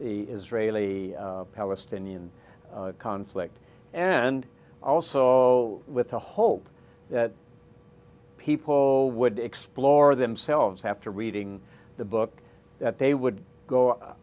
the israeli palestinian conflict and also with the hope that people would explore themselves have to reading the book that they would go